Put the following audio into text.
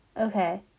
Okay